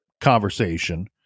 conversation